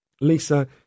Lisa